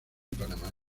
panamá